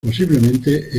posiblemente